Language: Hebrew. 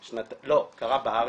לא, זה קרה בארץ.